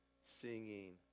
singing